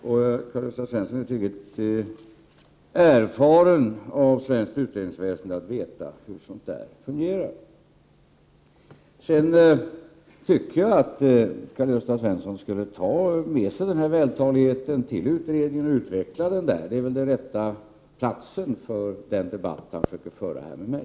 Karl-Gösta Svenson är tillräckligt erfaren inom svenskt utredningsväsende för att veta hur sådant fungerar. I övrigt tycker jag att Karl-Gösta Svenson skulle ta den vältalighet han här har givit prov på till utredningen och utveckla den där. Det är väl den rätta platsen för den debatt han försöker föra här med mig.